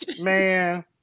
Man